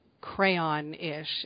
crayon-ish